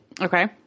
Okay